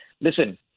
listen